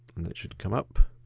and it should come up.